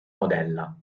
modella